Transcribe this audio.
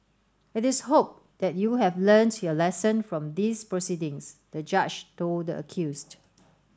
it is hoped that you have learnt your lesson from these proceedings the Judge told the accused